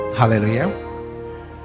Hallelujah